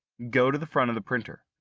go to the front of the printer.